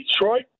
Detroit